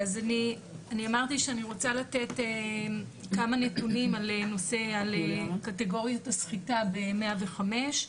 אני אמרתי שאני רוצה לתת כמה נתונים על קטגוריות הסחיטה ב- 105,